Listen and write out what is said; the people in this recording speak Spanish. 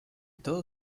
todo